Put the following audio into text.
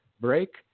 break